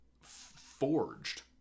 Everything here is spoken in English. forged